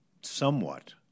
somewhat